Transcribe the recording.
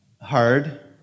hard